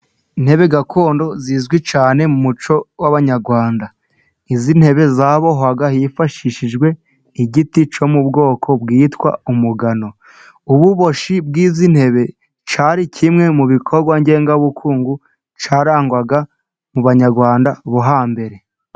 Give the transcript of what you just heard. Intebe gakondo zizwi cyane mu muco w'abanyarwanda, izitebe zabowaga hifashishijwe igiti cyo mu bwoko bwitwa umugano, uboshi bw'izi ntebe cyari kimwe mu bikorwa ngengabukungu cyarangwaga mu banyarwanda bo hambere.